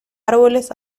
árboles